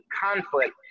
conflict